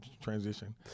transition